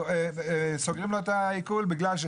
סוגרים לו את החשבון בגלל,